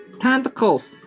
Tentacles